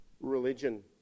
religion